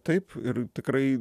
taip ir tikrai